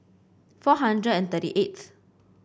four hundred and thirty eighth